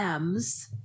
Ms